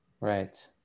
Right